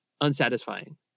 unsatisfying